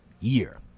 year